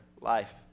life